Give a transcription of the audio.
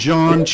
John